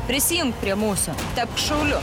prisijunk prie mūsų tapk šauliu